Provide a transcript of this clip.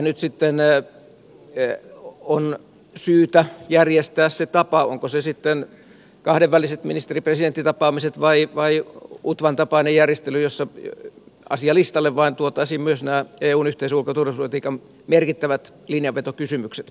nyt sitten on syytä järjestää se tapa onko se sitten kahdenväliset ministeripresidentti tapaamiset vai utvan tapainen järjestely jossa asialistalle vain tuotaisiin myös nämä eun yhteiset ulko ja turvallisuuspolitiikan merkittävät linjanvetokysymykset